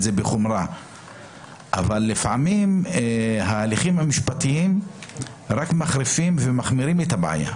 זה בחומרה - לפעמים ההליכים המשפטיים רק מחריפים ומחמירים את הבעיה.